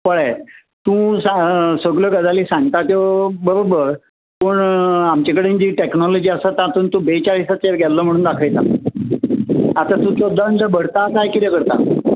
पळय तू सान सगळ्यो गजाली सांगता त्यो बरोबर पूण आमचे कडेन जी टॅकनॉलॉजी आसा तांतूर तू बेचाळिसाचेर गेल्लो म्हणून दाखयता आतां तुजो दंड भरता कांय कितें करता